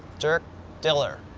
dirk diller.